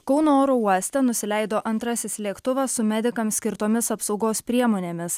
kauno oro uoste nusileido antrasis lėktuvas su medikams skirtomis apsaugos priemonėmis